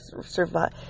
survive